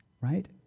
right